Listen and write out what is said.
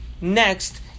next